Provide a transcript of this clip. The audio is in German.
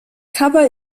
cover